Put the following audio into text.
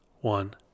One